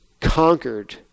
conquered